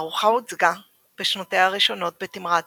התערוכה הוצגה בשנותיה הראשונות בתמרת